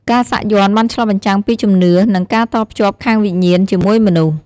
ការសាក់យ័ន្តបានឆ្លុះបញ្ចាំងពីជំនឿ និងការតភ្ជាប់ខាងវិញ្ញាណ ជាមួយមនុស្ស។